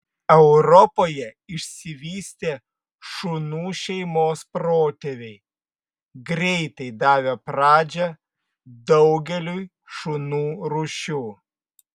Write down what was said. europoje išsivystė šunų šeimos protėviai greitai davę pradžią daugeliui šunų rūšių